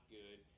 good